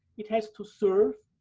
it has to serve.